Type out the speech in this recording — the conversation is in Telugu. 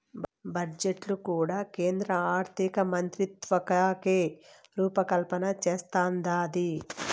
బడ్జెట్టు కూడా కేంద్ర ఆర్థికమంత్రిత్వకాకే రూపకల్పన చేస్తందాది